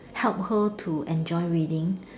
help her to enjoy reading